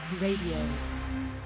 Radio